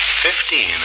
Fifteen